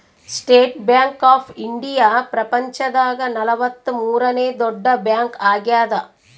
state Bank of India ಪ್ರಪಂಚ ದಾಗ ನಲವತ್ತ ಮೂರನೆ ದೊಡ್ಡ ಬ್ಯಾಂಕ್ ಆಗ್ಯಾದ